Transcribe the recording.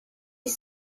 ich